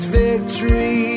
victory